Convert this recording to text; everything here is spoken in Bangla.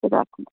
আচ্ছা রাখুন